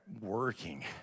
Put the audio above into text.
working